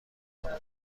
کنم